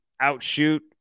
outshoot